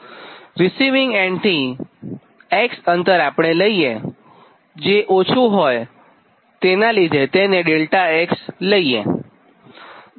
receiving એન્ડથી X અંતર આપણે લઈએતો ઓછું હોવાનાં લીધે તેને ∆x લઈએ